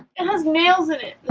it has nails in it